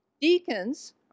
Deacons